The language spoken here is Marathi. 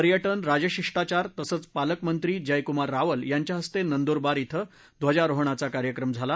पर्यटन राजशिष्टाचार तसंच पालकमंत्री जयक्मार रावल यांच्य हस्ते नंदूरबार श्वि ध्वजारोहणाचा कार्यक्रम झाला